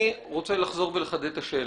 אני רוצה לחזור ולחדד את השאלה: